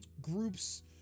groups